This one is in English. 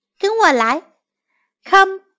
跟我来。Come